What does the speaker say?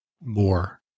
more